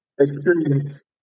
experience